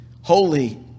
holy